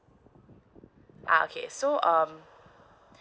uh okay so um